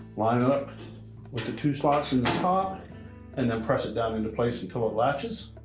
line up with the two slots in the top and then press it down into place until it latches.